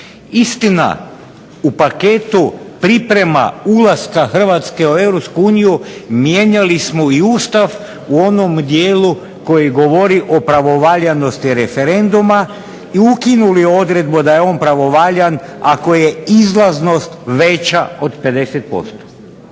Istina u paketu priprema ulaska Hrvatske u EU mijenjali smo i Ustav u onom dijelu koji govori o pravovaljanosti referenduma i ukinuli odredbu da je on pravovaljan ako je izlaznost veća od 50%.